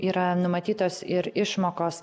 yra numatytos ir išmokos